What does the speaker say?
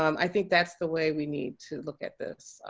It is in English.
um i think that's the way we need to look at this.